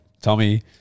tommy